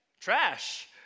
trash